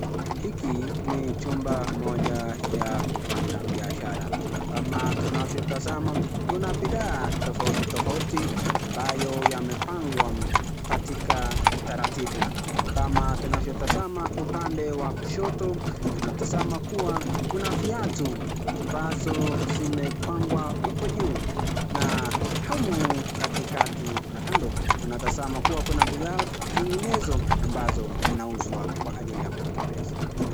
Hiki ni chumba moja ya kufanya biashara kama tanavyotazama kuna bithaa tofauti tofauti ambayo yamepangwa katika utaratibu kama tunavyotazama upande wa kushoto tunatazama kuwa kuna viatu ambazo zimepangwa huko juu na au katikati na kando, tunazama kuwa kuna bithaa zinginezo ambazo zinauzwa kwa ajili ya kupata pesa.